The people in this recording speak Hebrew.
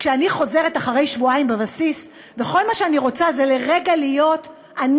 כשאני חוזרת אחרי שבועיים בבסיס וכל מה שאני רוצה זה לרגע להיות אני,